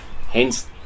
Hence